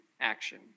action